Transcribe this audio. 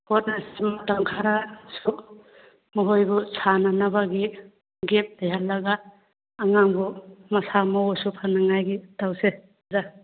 ꯍꯣꯠꯅꯁꯤ ꯃꯇꯝ ꯈꯔ ꯃꯈꯣꯏꯕꯨ ꯁꯥꯟꯅꯕꯕꯤ ꯒꯦꯞ ꯂꯩꯍꯜꯂꯒ ꯑꯉꯥꯡꯕꯨ ꯃꯁꯥ ꯃꯎꯁꯨ ꯐꯅꯉꯥꯏꯒꯤ ꯇꯧꯁꯦ